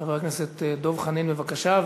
חבר הכנסת דב חנין, בבקשה.